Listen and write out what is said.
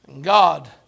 God